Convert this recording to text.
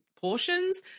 portions